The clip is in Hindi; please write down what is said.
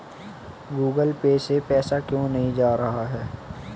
गूगल पे से पैसा क्यों नहीं जा रहा है?